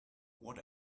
what